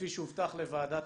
לוועדת